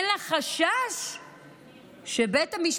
אין לה חשש שבית המשפט,